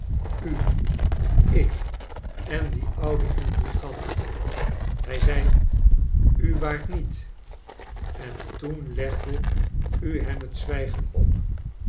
u r ik en die oude intrigant hij zei u waart niet v en toen legde u hem het zwijgen op